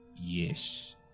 Yes